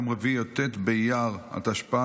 יום רביעי י"ט באייר התשפ"ג,